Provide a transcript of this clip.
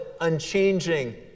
unchanging